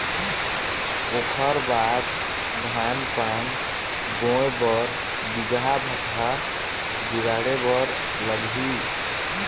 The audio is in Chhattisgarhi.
ओखर बाद धान पान बोंय बर बीजहा भतहा जुगाड़े बर लगही